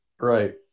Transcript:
Right